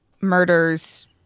murders